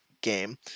game